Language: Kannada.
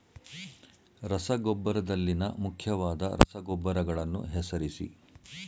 ರಸಗೊಬ್ಬರದಲ್ಲಿನ ಮುಖ್ಯವಾದ ರಸಗೊಬ್ಬರಗಳನ್ನು ಹೆಸರಿಸಿ?